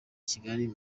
kigali